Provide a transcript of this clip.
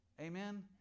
Amen